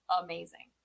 amazing